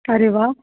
अरे वाह